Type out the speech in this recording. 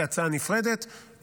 כהצעה נפרדת,